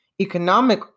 Economic